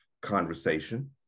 conversation